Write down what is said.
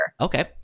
okay